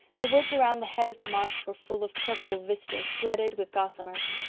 the woods around the head of the marsh were full of purple vistas, threaded with gossamers.